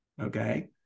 okay